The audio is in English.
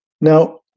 Now